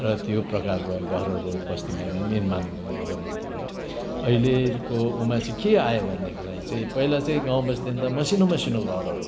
र त्यो प्रकारको घरहरू बस्तीमा निर्माण गरिन्थ्यो अहिलेको उमा चाहिँ के आयो भनेदेखिलाई चाहिँ पहिला चाहिँ गाउँ बस्तीमा त मसिनो मसिनो घरहरू